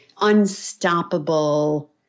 unstoppable